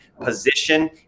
position